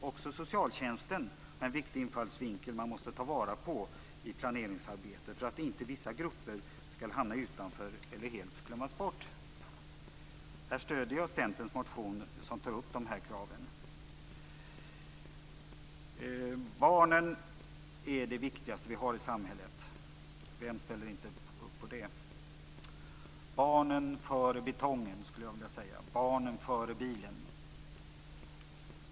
Också socialtjänsten har en viktig infallsvinkel som man måste ta vara på i planeringsarbetet för att inte vissa grupper skall hamna utanför eller helt glömmas bort. Här stöder jag Centerpartiets motion, som tar upp de här kraven. Barnen är det viktigaste vi har i samhället. Vem ställer inte upp på det? Barnen före betongen, skulle jag vilja säga. Barnen före bilen.